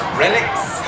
relics